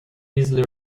easily